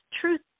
truth